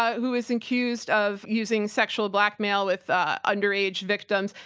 who is accused of using sexual blackmail with ah underage victims.